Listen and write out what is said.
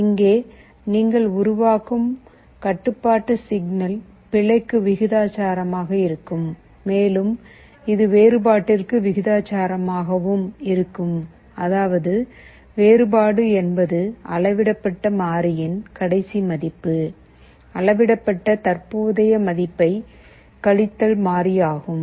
இங்கே நீங்கள் உருவாக்கும் கட்டுப்பாட்டு சிக்னல் பிழைக்கு விகிதாசாரமாக இருக்கும் மேலும் இது வேறுபாட்டிற்கு விகிதாசாரமாகவும் இருக்கும் அதாவது வேறுபாடு என்பது அளவிடப்பட்ட மாறியின் கடைசி மதிப்பு அளவிடப்பட்ட தற்போதைய மதிப்பைக் கழித்தல் மாறி ஆகும்